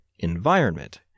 environment